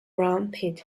rampant